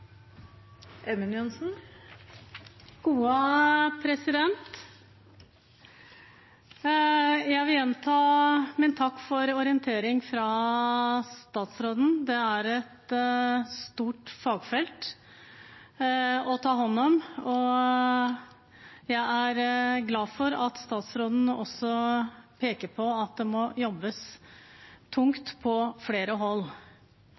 et stort fagfelt å ta hånd om, og jeg er glad for at statsråden peker på at det må jobbes tungt på flere hold.